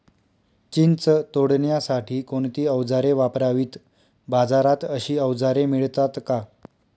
चिंच तोडण्यासाठी कोणती औजारे वापरावीत? बाजारात अशी औजारे मिळतात का?